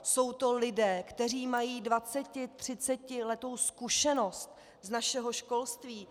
Jsou to lidé, kteří mají dvaceti, třicetiletou zkušenost z našeho školství.